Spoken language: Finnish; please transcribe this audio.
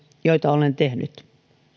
joita olen tehnyt